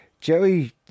Joey